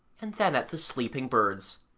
and then at the sleeping birds.